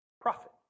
profit